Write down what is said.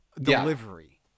delivery